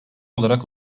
olarak